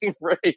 Right